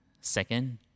Second